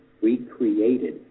recreated